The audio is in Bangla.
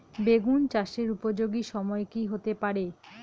বেগুন চাষের উপযোগী সময় কি হতে পারে?